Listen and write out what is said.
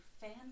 fans